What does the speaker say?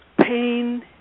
pain